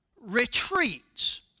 retreats